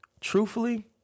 truthfully